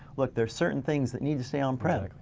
look there's certain things that need to stay on-prem,